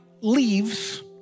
leaves